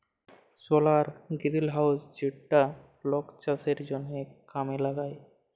সলার greenhouse যেইটা লক চাষের জনহ কামে লাগায়